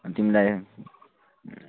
तिमीलाई